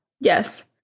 yes